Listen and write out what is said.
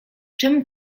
czemu